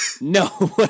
No